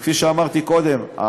וכפי שאמרתי קודם,